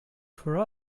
for